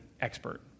expert